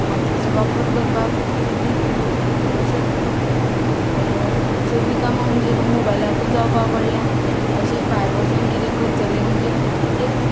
हातीचो वापर करपाक चितीत ना तशेंत सगळीं कामां म्हणजे मोबायलाकूच जावपाक पडल्या अशें भायर वचोन कितें करतले म्हणजे एक